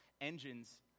engines